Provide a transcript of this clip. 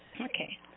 Okay